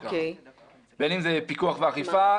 בין אם זה פיקוח ואכיפה,